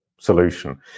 solution